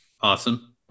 awesome